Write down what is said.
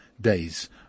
days